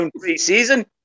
pre-season